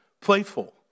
playful